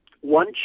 one